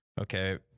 okay